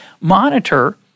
monitor